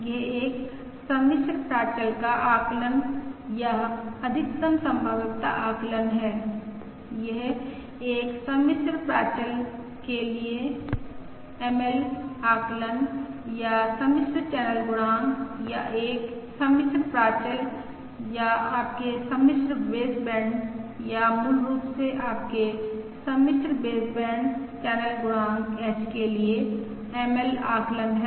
यह एक सम्मिश्र प्राचल का आकलन या अधिकतम संभाव्यता आकलन है यह एक सम्मिश्र प्राचल के लिए ML आकलन या सम्मिश्र चैनल गुणांक या एक सम्मिश्र प्राचल या आपके सम्मिश्र बेसबैंड या मूल रूप से आपके सम्मिश्र बेसबैंड चैनल गुणांक h के लिए ML आकलन है